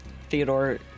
Theodore